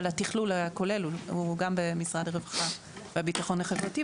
אבל התכלול הכולל הוא גם במשרד הרווחה הביטחון החברתי,